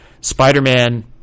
Spider-Man